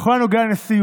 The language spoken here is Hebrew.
בכל הנוגע לנשיאות,